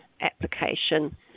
application